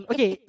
Okay